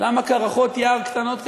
למה קרחות יער קטנות כאלה?